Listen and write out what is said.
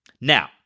Now